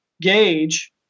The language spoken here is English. gauge